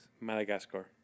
Madagascar